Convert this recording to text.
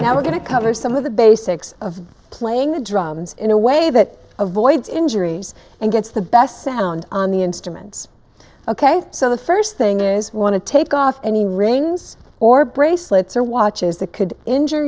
now we're going to cover some of the basics of playing the drums in a way that avoids injuries and gets the best sound on the instruments ok so the first thing is want to take off any rings or bracelets or watches the could injure